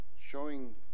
showing